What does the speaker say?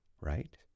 Right